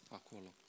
acolo